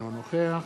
אינו נוכח